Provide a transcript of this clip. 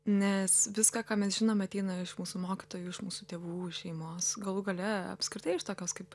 nes viską ką mes žinome ateina iš mūsų mokytojų iš mūsų tėvų iš šeimos galų gale apskritai iš tokios kaip